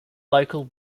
local